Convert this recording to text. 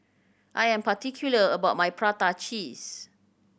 I am particular about my prata cheese